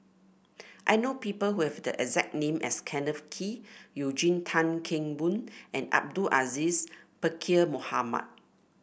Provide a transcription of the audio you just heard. I know people who have the exact name as Kenneth Kee Eugene Tan Kheng Boon and Abdul Aziz Pakkeer Mohamed